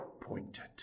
pointed